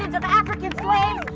of african slaves.